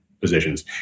Positions